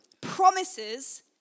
Promises